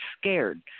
scared